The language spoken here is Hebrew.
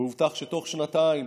והובטח שבתוך שנתיים